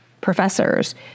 professors